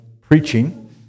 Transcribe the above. preaching